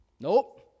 Nope